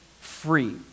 free